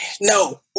no